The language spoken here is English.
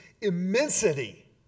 immensity